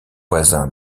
voisins